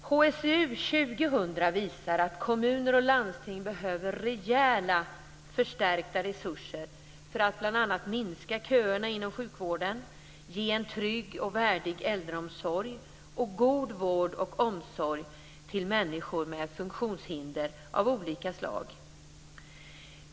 HSU 2000 visar att kommuner och landsting behöver rejält förstärkta resurser för att bl.a. minska köerna inom sjukvården, ge en trygg och värdig äldreomsorg och god vård och omsorg till människor med funktionshinder av olika slag.